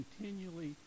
continually